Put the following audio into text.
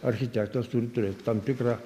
architektas turi turėt tam tikrą